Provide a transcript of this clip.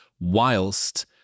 whilst